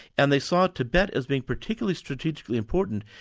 and they saw tibet as being particularly strategically important,